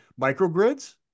microgrids